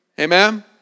Amen